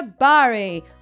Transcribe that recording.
Jabari